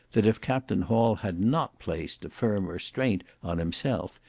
that if captain hall had not placed a firm restraint on himself,